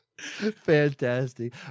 Fantastic